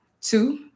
Two